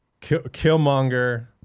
Killmonger